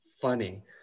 funny